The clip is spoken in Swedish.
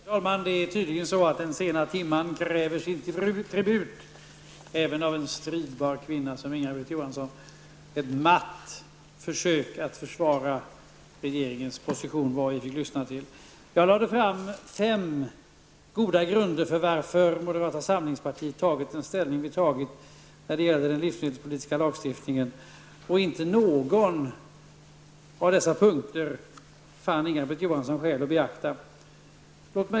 Herr talman! Det är tydligen så att den sena timmen kräver sin tribut även av en stridbar kvinna som Inga-Britt Johansson. Det var ett matt försök att försvara regeringens position som vi fick lyssna till. Jag lade fram fem goda grunder för att moderata samlingspartiet tagit den ställning som vi tagit när det gäller den livsmedelspolitiska lagstiftningen. Inte någon av dessa punkter fann Inga-Britt Johansson skäl att beakta.